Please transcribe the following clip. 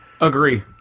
Agree